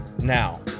now